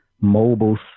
mobile